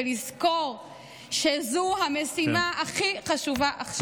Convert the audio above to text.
ולזכור שזו המשימה הכי חשובה עכשיו.